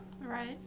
Right